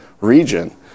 region